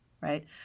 right